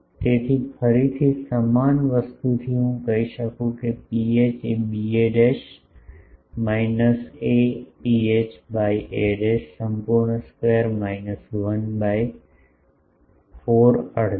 તેથી ફરીથી સમાન વસ્તુથી હું કહી શકું છું કે Ph એ ba minus a ρh by a સંપૂર્ણ સ્ક્વેર માઈનસ 1 બાય 4 અડધા